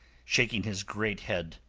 shaking his great head.